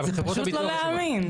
זה פשוט לא להאמין.